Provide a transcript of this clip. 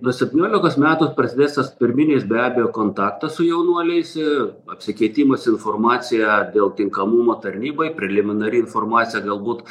nuo septyniolikos metų prasidės tas pirminis be abejo kontaktas su jaunuoliais ir apsikeitimas informacija dėl tinkamumo tarnybai preliminari informacija galbūt